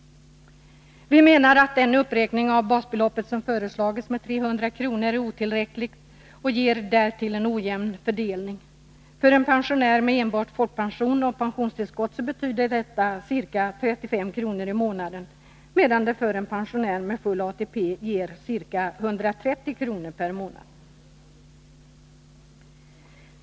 Vi menar att den uppräkning av basbeloppet med 300 kr. som föreslagits är otillräcklig och därtill ger en ojämn fördelning. För en pensionär med enbart folkpension och pensionstillskott betyder detta ca 35 kr. i månaden, medan det för en pensionär med full ATP ger ca 130 kr. per månad.